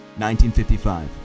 1955